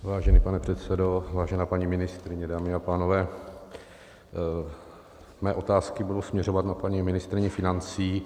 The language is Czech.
Vážený pane předsedo, vážená paní ministryně, dámy a pánové, mé otázky budou směřovat na paní ministryni financí.